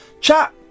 chat